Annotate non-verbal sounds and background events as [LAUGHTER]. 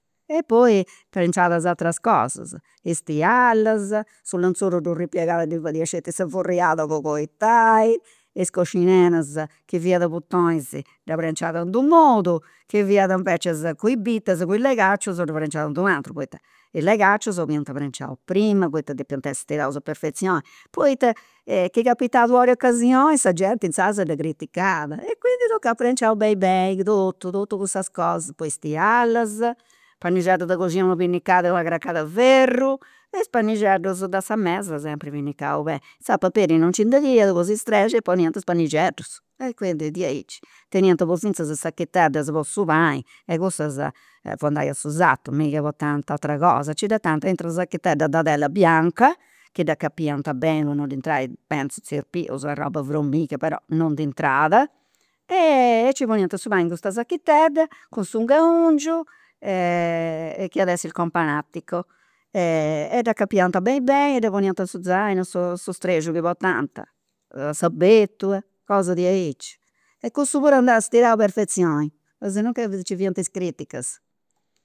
E poi prenciat is ateras cosas, is tiallas, su lenzoru ddu ripiegat e ddi fadiat sceti sa furriada po acoitai, is coscineras chi fiat a butonis dda prenciat in d'u' modu, chi fiat invecias cun is bitas cun i' legacius, ddu prenciat in d'u' ateru poita i legacius 'oliant prenciaus prima poita depiant essi stiraus a perfezioni, poita chi capitat u' or'e ocasioni sa genti insaras dda criticat, e quindi tocat prenciau beni beni totu totu cussas cosas, poi is tiallas, pannixeddus de coxina una pinnicada e una craccad'e ferru. E is pannixeddus de sa mesa sempri pinnicaus beni. Insaras paperi non nci nd' aiat po si strexi e poniant is pannixeddus e quindi diaici, teniant po finzas sachiteddas po su pani e cussas fut po andai a su sartu, miga portant atera cosas, nci ddu 'ettant aintru de una sachitedda de tela bianca, chi dd'acapiant beni po non ddi entrai, pentzu, zarpius arrob'e fromiga, però non nd'intrat, [HESITATION] e nci poniant su pani in custa sachitedda cun su 'ngaungiu, chi iat essi il companatico, e [HESITATION] e dd'acapiant beni beni e dda poniant a su zainu, su [HESITATION] su strexiu chi portant, sa bertula, cosas diaici e cussu puru andat stirau a perfezioni, assinuncas nci fiant is criticas